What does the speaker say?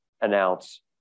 announce